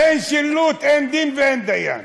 אין שילוט, אין דין ואין דיין.